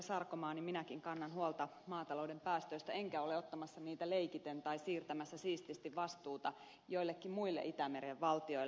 sarkomaa minäkin kannan huolta maatalouden päästöistä enkä ole ottamassa niitä leikiten tai siirtämässä siististi vastuuta joillekin muille itämeren valtioille